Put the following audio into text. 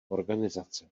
organizace